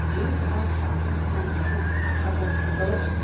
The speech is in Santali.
ᱡᱮ ᱡᱟᱦᱟᱨ ᱥᱟᱶᱦᱮᱫ ᱨᱮᱱᱟᱜ ᱡᱟᱦᱟᱸ ᱠᱟᱛᱷᱟᱠᱚ ᱵᱚᱫᱚᱞᱚᱜᱼᱟ